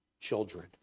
children